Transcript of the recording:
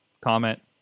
comment